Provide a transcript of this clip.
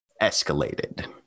escalated